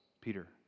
Peter